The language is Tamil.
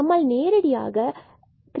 நம்மால் நேரடியாக கணக்கிட இயலும்